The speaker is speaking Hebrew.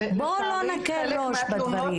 בואו לא נקל ראש בדברים.